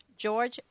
George